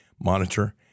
monitor